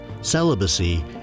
celibacy